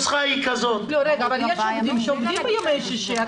אבל יש עובדים שעובדים בימי שישי.